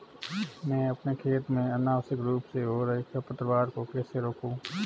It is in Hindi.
मैं अपने खेत में अनावश्यक रूप से हो रहे खरपतवार को कैसे रोकूं?